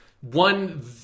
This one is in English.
one